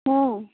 ହଁ